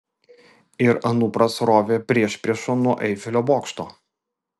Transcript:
ir anupras rovė priešpriešom nuo eifelio bokšto